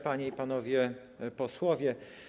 Panie i Panowie Posłowie!